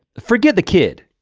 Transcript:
forget the kid.